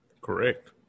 correct